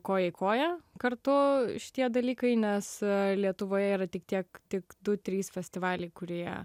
koja į koją kartu šitie dalykai nes lietuvoje yra tik tiek tik du trys festivaliai kurie